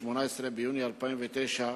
18 ביוני 2009,